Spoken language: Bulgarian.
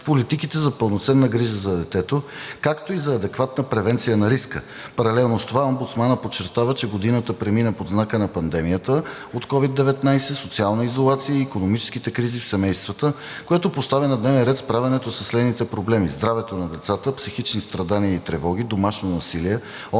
политиките за пълноценна грижа за детето, както и за адекватна превенция на риска. Паралелно с това омбудсманът подчертава, че годината премина под знака на пандемията от COVID-19, социалната изолация и икономическите кризи в семействата, което поставя на дневен ред справянето със следните проблеми: здравето на децата, психични страдания и тревоги, домашно насилие,